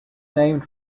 named